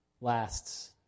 lasts